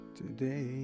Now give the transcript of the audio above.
today